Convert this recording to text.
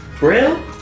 Real